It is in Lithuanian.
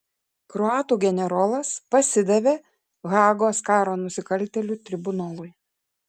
kroatų generolas pasidavė hagos karo nusikaltėlių tribunolui